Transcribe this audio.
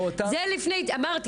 אמרתי,